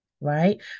right